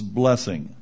blessing